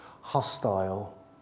hostile